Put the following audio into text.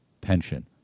pension